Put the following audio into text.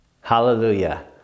Hallelujah